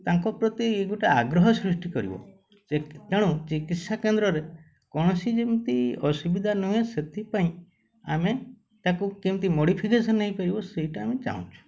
ତାଙ୍କ ପ୍ରତି ଗୋଟେ ଆଗ୍ରହ ସୃଷ୍ଟି କରିବେ ତେଣୁ ଚିକିତ୍ସା କେନ୍ଦ୍ରରେ କୌଣସି ଯେମିତି ଅସୁବିଧା ନୁହେଁ ସେଥିପାଇଁ ଆମେ ତାକୁ କେମିତି ମୋଡିଫିକେସନ୍ ନେଇପାରିବ ସେଇଟା ଆମେ ଚାହୁଁଛୁ